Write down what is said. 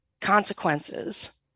consequences